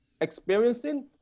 experiencing